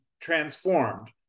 transformed